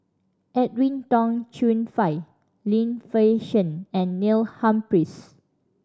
Edwin Tong Chun Fai Lim Fei Shen and Neil Humphreys